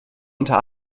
unter